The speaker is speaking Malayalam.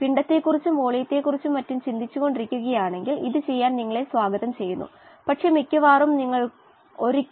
അത് ശുദ്ധമായ ഓക്സിജൻ അന്തരീക്ഷമായി ഉപയോഗിക്കുകയാണെങ്കിൽ പരമാവധി സാധ്യമായ DO 480 ശതമാനം ആയിരിക്കും